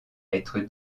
être